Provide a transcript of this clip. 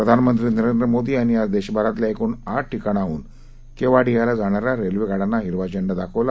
प्रधानमंत्री नरेंद्र मोदी यांनी आज देशभरातल्या एकूण आठ ठिकाणांहून केवाडियाला जाण्याऱ्या रेल्वे गाडयांना हिरवा झेंडा दाखवला